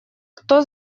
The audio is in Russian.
кто